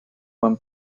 buen